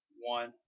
one